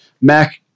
Mac